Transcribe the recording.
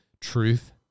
truth